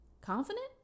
confident